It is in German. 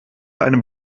einem